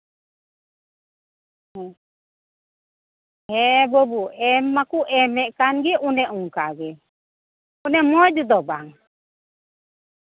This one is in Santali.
ᱦᱮᱸ ᱦᱮᱸ ᱵᱟᱹᱵᱩ ᱮᱢ ᱢᱟᱠᱚ ᱮᱢᱮᱫ ᱠᱟᱱ ᱜᱮ ᱚᱱᱮ ᱚᱝᱠᱟ ᱜᱮ ᱚᱱᱮ ᱢᱚᱡᱽ ᱫᱚ ᱵᱟᱝ